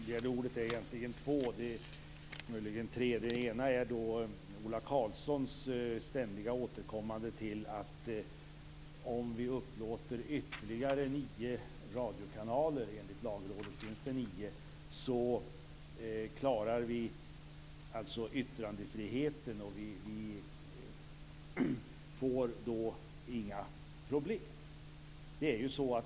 Fru talman! Det finns egentligen två anledningar till att jag begärde ordet, eller möjligen tre. Den ena är Ola Karlssons ständiga återkommande till att om vi upplåter ytterligare nio radiokanaler - enligt Lagrådet finns det nio - så klarar vi yttrandefriheten och får inga problem.